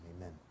amen